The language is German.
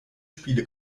spiele